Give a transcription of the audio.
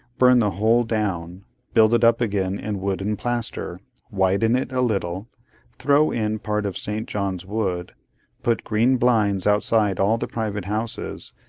burn the whole down build it up again in wood and plaster widen it a little throw in part of st. john's wood put green blinds outside all the private houses,